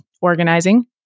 organizing